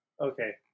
okay